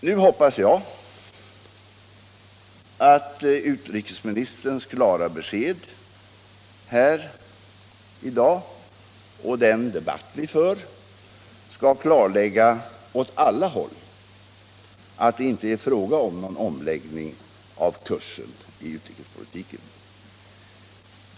Nu hoppas jag att utrikesministerns klara besked här i dag och den debatt vi för skall klarlägga åt olika håll att det inte är fråga om någon omläggning av kursen i utrikespolitiken.